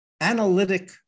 analytic